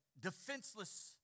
defenseless